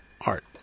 art